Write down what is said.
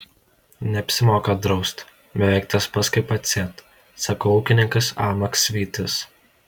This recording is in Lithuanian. neapsimoka draust beveik tas pats kaip atsėt sako ūkininkas a maksvytis